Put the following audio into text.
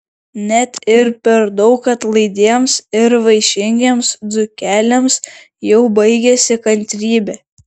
net ir per daug atlaidiems ir vaišingiems dzūkeliams jau baigiasi kantrybė